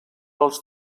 als